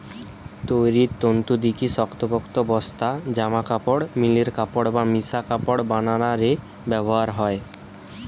তৈরির তন্তু দিকি শক্তপোক্ত বস্তা, জামাকাপড়, মিলের কাপড় বা মিশা কাপড় বানানা রে ব্যবহার হয়